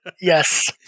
yes